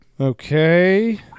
Okay